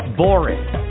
boring